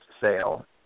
sale